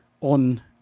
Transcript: on